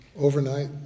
overnight